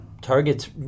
Target's